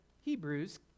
Hebrews